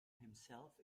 himself